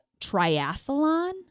triathlon